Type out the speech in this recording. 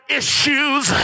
issues